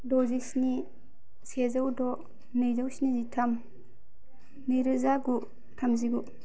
द'जिस्नि सेजौ द' नैजौ स्निजिथाम नैरोजा गु थामजिगु